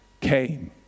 came